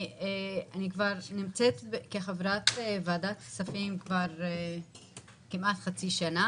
אני חברת ועדת כספים כמעט חצי שנה